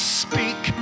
speak